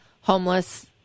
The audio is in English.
homeless